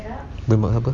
burn mark apa